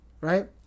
right